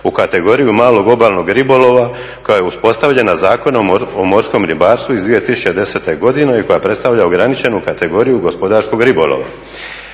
u kategoriju malog obalnog ribolova koja je uspostavljena Zakonom o morskom ribarstvu iz 2010. godine i koja predstavlja ograničenu kategoriju gospodarskog ribolova.